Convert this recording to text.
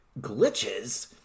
glitches